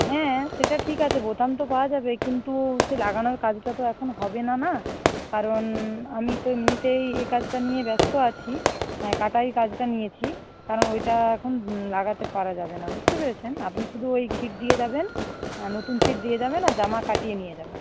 হ্যাঁ সেটা ঠিক আছে বোতাম তো পাওয়া যাবে কিন্তু সে লাগানোর কাজটা তো এখন হবে না না কারণ আমি তো এমনিতেই এই কাজটা নিয়ে ব্যস্ত আছি হ্যাঁ কাটাই কাজটা নিয়েছি কারণ ওইটা এখন লাগাতে পারা যাবে না বুঝতে পেরেছেন আপনি শুধু ওই ছিট দিয়ে যাবেন নতুন ছিট দিয়ে যাবেন আর জামা কাটিয়ে নিয়ে যাবেন